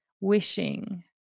wishing